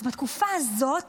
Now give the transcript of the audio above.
אז בתקופה הזאת